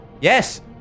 Yes